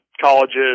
colleges